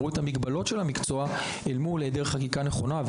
הם הראו את המגבלות של המקצוע אל מול העדר חקיקה נכונה,